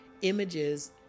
images